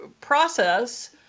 process